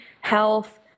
health